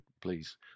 please